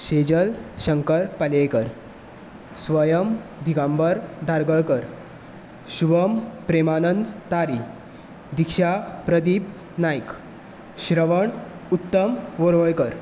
Sejal Shankar Palyekar Swayam Digambar Dhargalkar Shivam Premanand Tari Diksha Pradeep Naik Shravan Uttam Varvalkar